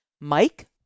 Mike